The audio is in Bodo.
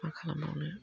मा खालामबावनो